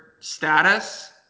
status